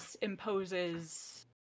imposes